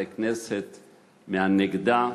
חברי כנסת מהנגדה,